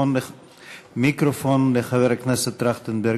מיקרופון לחבר הכנסת טרכטנברג.